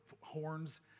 horns